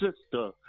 sister